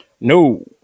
No